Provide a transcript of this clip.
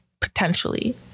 potentially